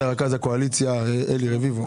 שלום למרכז הקואליציה, אלי רביבו.